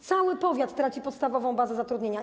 Cały powiat traci podstawową bazę zatrudnienia.